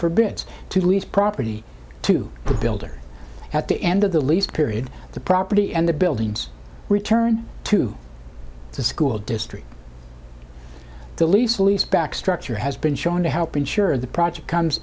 forbids to lease property to the builder at the end of the least period the property and the buildings return to the school district the lease lease back structure has been shown to help ensure the project comes